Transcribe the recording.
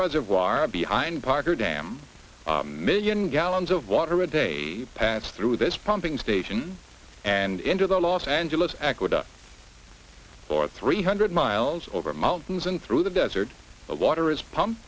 reservoir behind parker dam million gallons of water a day pass through this pumping station and into the los angeles aqueduct for three hundred miles over mountains and through the desert the water is pump